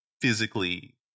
physically